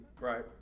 Right